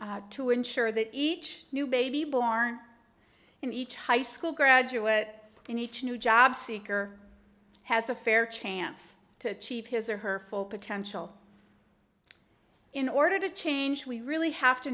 to ensure that each new baby born in each high school graduate in each new job seeker has a fair chance to achieve his or her full potential in order to change we really have to